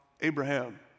Abraham